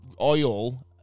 oil